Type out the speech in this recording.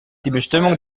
bestimmung